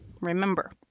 remember